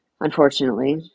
unfortunately